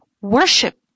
worship